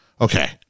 okay